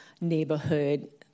neighborhood